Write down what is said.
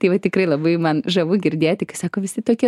tai va tikrai labai man žavu girdėti kai sako visi tokie